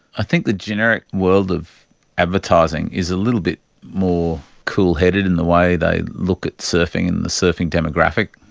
i think the generic world of advertising is a little bit more coolheaded in the way they look at surfing and the surfing demographic,